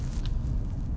you know what to do ah